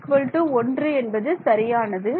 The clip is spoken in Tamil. α 1 என்பது சரியானது